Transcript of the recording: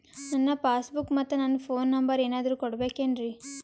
ನನ್ನ passbook ಮತ್ ನನ್ನ ಫೋನ್ ನಂಬರ್ ಏನಾದ್ರು ಕೊಡಬೇಕೆನ್ರಿ?